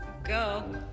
go